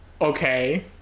Okay